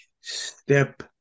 Step